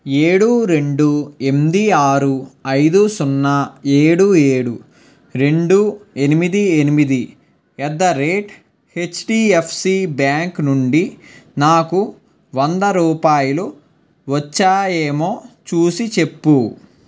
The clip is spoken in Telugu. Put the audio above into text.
ఏడు రెండు ఎనిమిది ఆరు ఐదు సున్నా ఏడు ఏడు రెండు ఎనిమిది ఎనిమిది at the rate HDFC bank నుండి నాకు వంద రూపాయలు వచ్చాయేమో చూసి చెప్పు